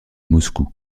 moscou